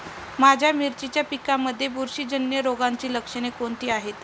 माझ्या मिरचीच्या पिकांमध्ये बुरशीजन्य रोगाची लक्षणे कोणती आहेत?